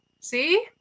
See